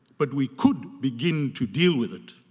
but we could begin to deal with it.